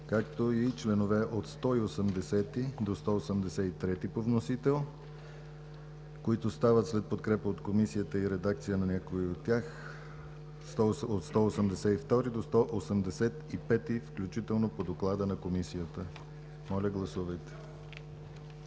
както и членове от 180 до 183 по вносител, които след подкрепа от Комисията и редакция на някои от тях стават от 182 до 185 включително по доклада на Комисията. Моля, гласувайте.